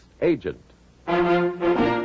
Agent